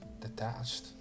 detached